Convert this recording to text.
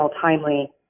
timely